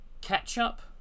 ketchup